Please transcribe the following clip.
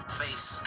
face